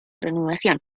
renovación